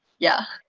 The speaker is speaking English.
yeah.